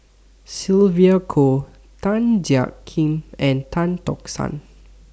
Sylvia Kho Tan Jiak Kim and Tan Tock San